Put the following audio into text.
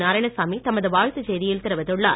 நாராயணசாமி தமது வாழ்த்து செய்தியில் தெரிவித்துள்ளார்